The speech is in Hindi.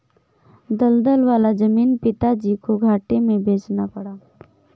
दलदल वाला जमीन पिताजी को घाटे में बेचना पड़ा